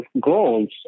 goals